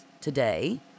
today